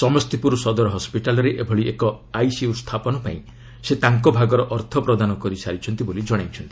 ସମସ୍ତିପୁର ସଦର ହସ୍କିଟାଲ୍ରେ ଏଭଳି ଏକ ଆଇସିୟୁ ସ୍ଥାପନ ପାଇଁ ସେ ତାଙ୍କ ଭାଗର ଅର୍ଥ ପ୍ରଦାନ କରିସାରିଛନ୍ତି ବୋଲି ଜଣାଇଛନ୍ତି